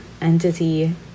entity